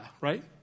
right